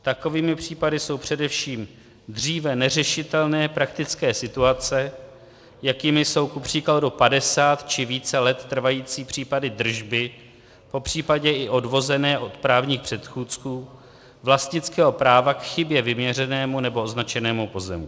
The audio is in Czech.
Takovými případy jsou především dříve neřešitelné praktické situace, jakými jsou kupříkladu padesát či více let trvající případy držby, popř. i odvozené od právních předchůdců, vlastnického práva k chybně vyměřenému nebo označenému pozemku.